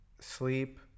sleep